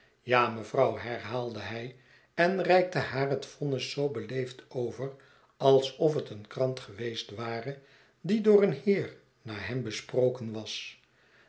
ja mevrouw herhaalde hij enreikte haar het vonnis zoo beleefd over alsof het een krant geweest ware die door een heer na hem besproken was